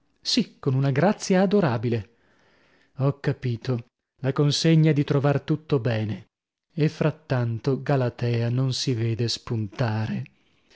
sì con una grazia adorabile ho capito la consegna è di trovar tutto bene e frattanto galatea non si vede spuntare